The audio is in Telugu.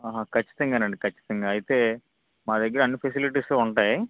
ఆహా ఖచ్చితంగానండి ఖచ్చితంగా అయితే మా దగ్గర అన్ని ఫెసిలిటీసు ఉంటాయి